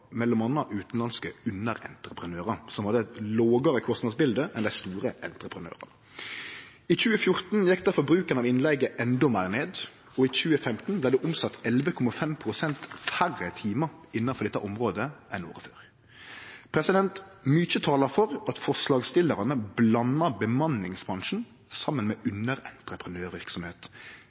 utanlandske underentreprenørar, som hadde eit lågare kostnadsbilde enn dei store entreprenørane. I 2014 gjekk difor bruken av innleige endå meir ned, og i 2015 vart det omsett 11,5 pst. færre timar innanfor dette området enn året før. Mykje talar for at forslagsstillarane blandar bemanningsbransjen saman med